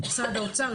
משרד האוצר,